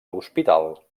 hospital